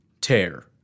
tear